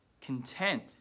content